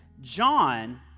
John